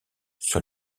sur